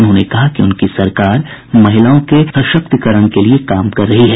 उन्होंने कहा कि उनकी सरकार महिलाओं के सशक्तीकरण के लिए काम कर रही है